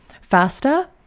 faster